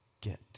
get